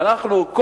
ואנחנו,